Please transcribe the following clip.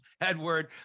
Edward